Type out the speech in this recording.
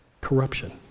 Corruption